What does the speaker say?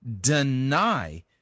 deny